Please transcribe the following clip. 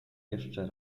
jeszcze